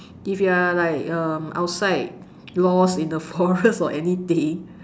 if you are like um outside lost in the forest or anything